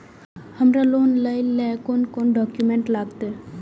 हमरा लोन लाइले कोन कोन डॉक्यूमेंट लागत?